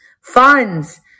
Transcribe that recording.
funds